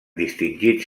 distingits